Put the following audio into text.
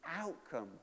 outcome